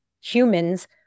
humans